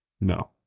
no